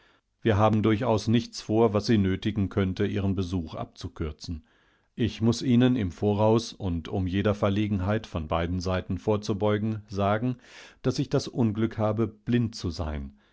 wir haben durchaus nichts vor was sie nötigen könnte ihren besuch abzukürzen ich muß ihnen im voraus und um jeder verlegenheit von beiden seiten vorzubeugen sagen daß ich das unglück habe blind zu sein